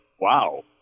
wow